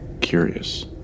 curious